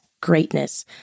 greatness